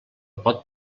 pot